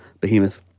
behemoth